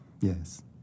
Yes